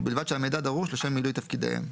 ובלבד שהמידע דרוש לשם מילוי תפקידיהם,